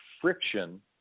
friction